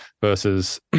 versus